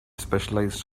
specialized